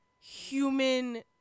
human –